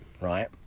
Right